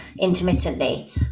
intermittently